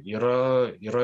yra yra